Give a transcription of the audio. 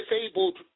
disabled